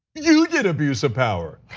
you did abuse of power.